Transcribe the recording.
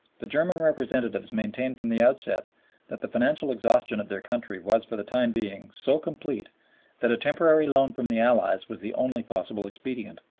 the german representatives maintained from the outset that the financial exhaustion of their country was for the time being so complete that a temporary loan from the allies was the only possible expedient.